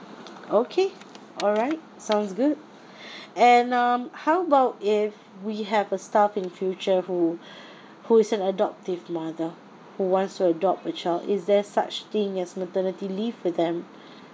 okay all right sounds good and um how about if we have a staff in future who who is an adoptive mother who wants to adopt a child is there such thing as maternity leave for them